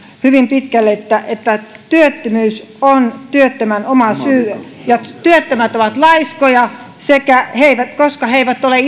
hyvin pitkälle niin että työttömyys on työttömän oma syy ja työttömät ovat laiskoja koska he eivät ole